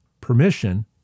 permission